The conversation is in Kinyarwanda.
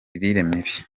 mibi